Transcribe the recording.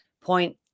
point